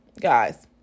guys